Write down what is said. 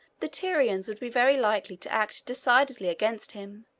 the tyrians would be very likely to act decidedly against him,